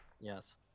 Yes